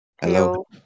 hello